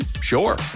Sure